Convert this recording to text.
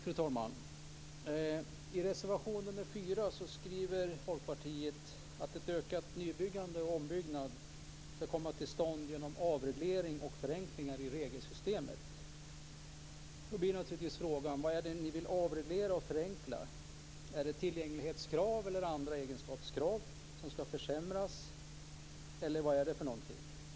Fru talman! I reservation nr 4 skriver Folkpartiet att en ökning av nybyggande och ombyggnad ska komma till stånd genom avreglering och förenklingar i regelsystemet. Då blir naturligtvis frågan: Vad är det ni vill avreglera och förenkla? Är det tillgänglighetskrav eller andra egenskapskrav som ska försämras eller vad är det?